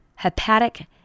hepatic